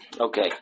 Okay